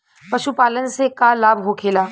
पशुपालन से का लाभ होखेला?